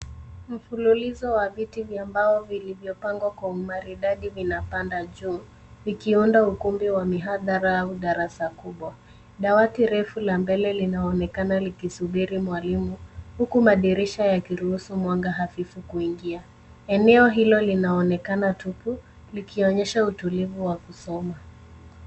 Mfululizo wa viti vya mbao vilivyopangwa kwa umaridadi vinapanda juu vikiunda ukumbi wa mihadhara au darasa kubwa. Dawati refu la mbele linaonekana likisubiri mwalimu huku madirisha yakiruhusu mwanga hafifu kuingia. Eneo hilo linaonekana tupu likionyesha utulivu wa kusoma.